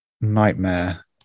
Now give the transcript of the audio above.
nightmare